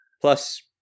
Plus